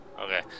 Okay